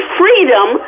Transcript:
freedom